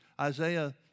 Isaiah